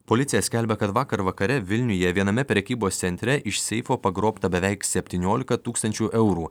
policija skelbia kad vakar vakare vilniuje viename prekybos centre iš seifo pagrobta beveik septyniolika tūkstančių eurų